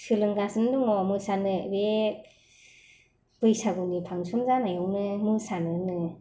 सोलोंगासिनो दङ मोसानो बे बैसागुनि फांसन जानायवनो मोसानो नो